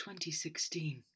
2016